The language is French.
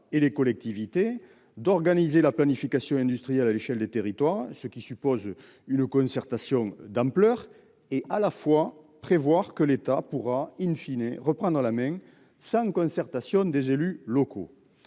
et les collectivités d'organiser la planification industrielle à l'échelle des territoires. Ce qui suppose une concertation d'ampleur et à la fois prévoir que l'État pourra in fine et reprend dans la main sans concertation des élus locaux.